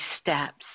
steps